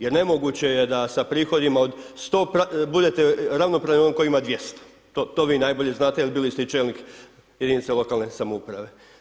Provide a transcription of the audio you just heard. Jer nemoguće je da sa prihodima od 100, budete ravnopravni onom tko ima 200, to vi najbolje znate jer bili ste i čelnik jedinice lokalne samouprave.